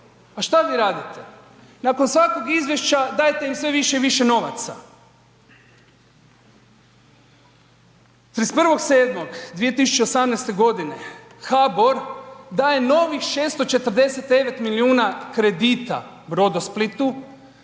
Pa što vi radite? Nakon svakog izvješća dajete im sve više i više novaca. 31.7.2018. g. HBOR daje novih 649 milijuna kredita Brodosplitu